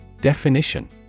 Definition